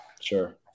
Sure